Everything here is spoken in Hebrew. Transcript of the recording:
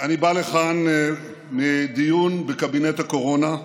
אני בא לכאן מדיון בקבינט הקורונה,